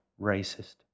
racist